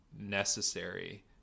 necessary